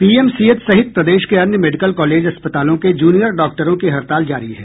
PMCH सहित प्रदेश के अन्य मेडिकल कॉलेज अस्पतालों के जूनियर डॉक्टरों की हड़ताल जारी है